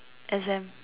exam